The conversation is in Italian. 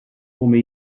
come